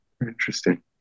interesting